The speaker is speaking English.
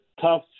tough